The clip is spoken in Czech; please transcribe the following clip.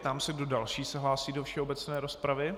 Ptám se, kdo další se hlásí do všeobecné rozpravy.